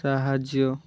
ସାହାଯ୍ୟ